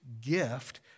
gift